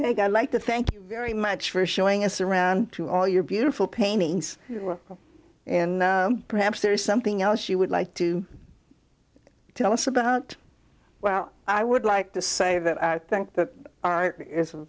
pig i'd like to thank you very much for showing us around to all your beautiful paintings and perhaps there is something else you would like to tell us about well i would like to say that i think that